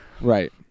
right